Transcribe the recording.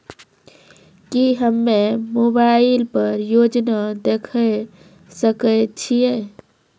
की हम्मे मोबाइल पर योजना देखय सकय छियै?